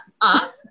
up